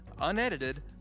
unedited